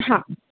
हा